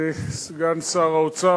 סגן שר האוצר,